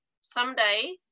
someday